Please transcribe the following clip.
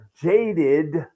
jaded